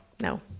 No